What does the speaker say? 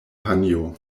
panjo